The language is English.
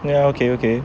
ya okay okay